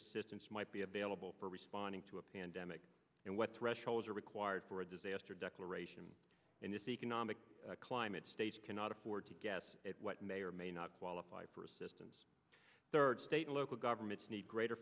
systems might be available for responding to a pandemic and what thresholds are required for a disaster declaration in this economic climate states cannot afford to guess at what may or may not qualify for assistance third state and local governments need greater